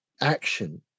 action